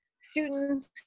students